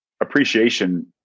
appreciation